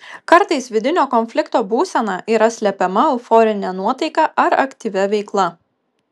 kartais vidinio konflikto būsena yra slepiama euforine nuotaika ar aktyvia veikla